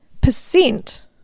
percent